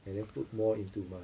and then put more into my